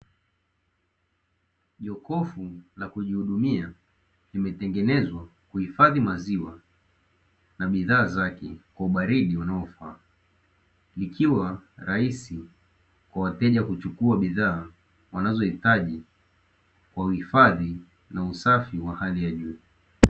Jokofu la kujihudumia limetengenezwa kuhifadhi maziwa na bidhaa zake, kwa ubaridi unaofaa. Likiwa rahisi kwa wateja kuchukua bidhaa wanazohitaji, kwa uhifadhi na usafi wa hali ya juu.